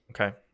Okay